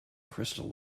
crystal